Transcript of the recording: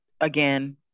again